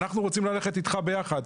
אנחנו רוצים ללכת איתך ביחד.